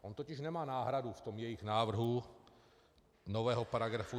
On totiž nemá náhradu v tom jejich návrhu nového § 365.